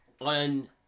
on